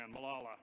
Malala